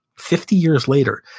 fifty years later,